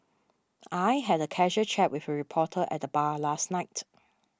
I had a casual chat with a reporter at the bar last night